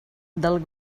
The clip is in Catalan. del